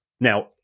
Now